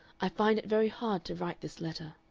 i find it very hard to write this letter.